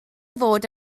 fod